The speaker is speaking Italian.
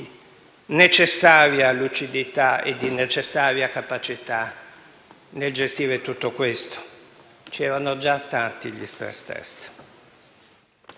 necessaria lucidità e della necessaria capacità nel gestire tutto questo. C'erano già stati gli *stress test*